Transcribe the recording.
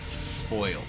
Spoiled